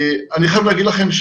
אני חייב להגיד לכם,